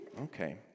Okay